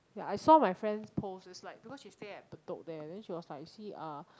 ya I saw my friend's post it's like because she stay at bedok there then she was like you see ah